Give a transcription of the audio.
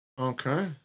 Okay